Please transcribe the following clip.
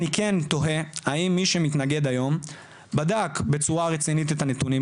אני כן תוהה האם מי שמתנגד היום בדק בצורה רצינית את הנתונים,